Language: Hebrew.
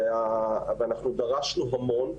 אנחנו דרשנו המון,